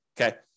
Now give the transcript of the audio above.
okay